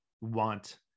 want